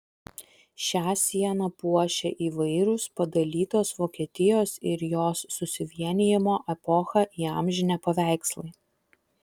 šią sieną puošia įvairūs padalytos vokietijos ir jos susivienijimo epochą įamžinę paveikslai